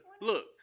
look